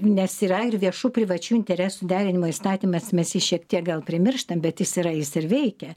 nes yra ir viešų privačių interesų derinimo įstatymas mes jį šiek tiek gal primirštam bet jis yra jis ir veikia